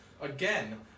again